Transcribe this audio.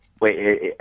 Wait